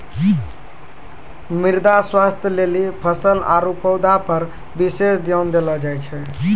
मृदा स्वास्थ्य लेली फसल आरु पौधा पर विशेष ध्यान देलो जाय छै